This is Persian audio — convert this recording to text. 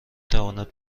تواند